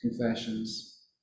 confessions